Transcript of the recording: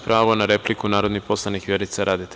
Pravo na repliku ima narodni poslanik Vjerica Radeta.